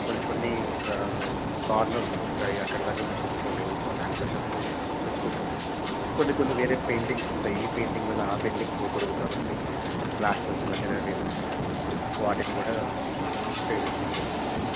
కొన్ని కొన్ని కార్నర్స్కి ఉంటాయి అక్కడ దాకా మెషిన్స్ పోలేవు సో హ్యాండ్ బ్రషెస్తో యూజ్ చేసుకుంటాం కొన్ని కొన్ని వేరే పెయింటింగ్స్ ఉంటాయి ఈ పెయింటింగ్ వల్ల ఆ పెయింటింగ్ పోకూడదు కాబట్టి ప్లాస్టర్స్ దగ్గర వేసుకొనేసి వాటిని కూడా సేవ్ చేసుకుంటూ వేస్తాం అండి